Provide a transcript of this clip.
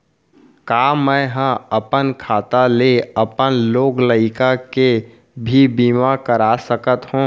का मैं ह अपन खाता ले अपन लोग लइका के भी बीमा कर सकत हो